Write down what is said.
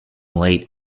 late